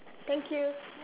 thank you